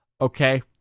Okay